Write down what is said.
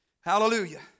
Hallelujah